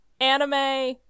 anime